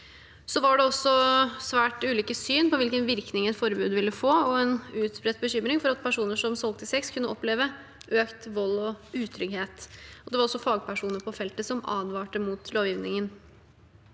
Det var svært ulike syn på hvilken virkning et forbud ville få, og en utbredt bekymring for at personer som solgte sex, kunne oppleve økt vold og utrygghet. Det var også fagpersoner på feltet som advarte mot lovendringen.